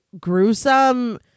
gruesome